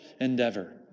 endeavor